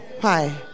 hi